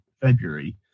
February